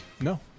No